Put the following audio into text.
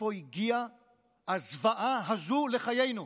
מאיפה הגיעה הזוועה הזו לחיינו?